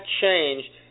change